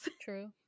True